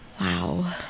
wow